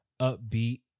upbeat